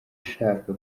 shaka